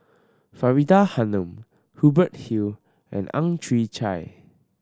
Faridah Hanum Hubert Hill and Ang Chwee Chai